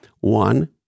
One